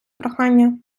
прохання